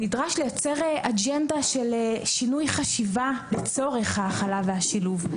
נדרש לייצר אג'נדה של שינוי חשיבה לצורך ההכלה והשילוב.